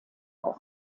ort